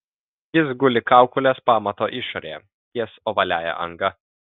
jis guli kaukolės pamato išorėje ties ovaliąja anga